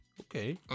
Okay